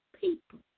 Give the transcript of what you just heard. people